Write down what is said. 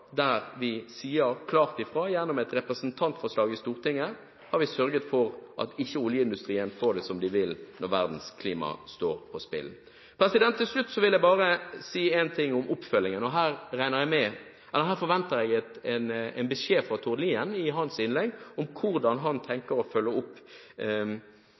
der vi sier klart ifra. Gjennom et representantforslag i Stortinget har vi sørget for at oljeindustrien ikke får det som de vil når verdens klima står på spill. Til slutt vil jeg bare si en ting om oppfølgingen. Her forventer jeg en beskjed fra Tord Lien – i hans innlegg – om hvordan han tenker å følge opp